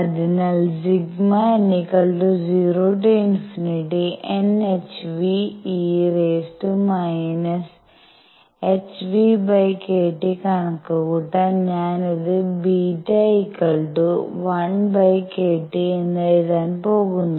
അതിനാൽ ∑∞ₙ₌₀nhve⁻ⁿʰᵛᴷᵀ കണക്കുകൂട്ടാൻ ഞാൻ ഇത് β1KT എന്ന് എഴുതാൻ പോകുന്നു